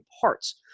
parts